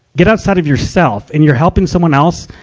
get outside of yourself and you're helping someone else.